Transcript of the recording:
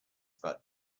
about